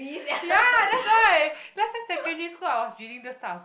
ya that's why that's why secondary school I was reading this type of